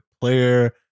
player